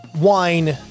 wine